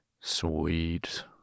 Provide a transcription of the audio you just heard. sweet